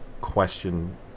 question